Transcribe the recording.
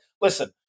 Listen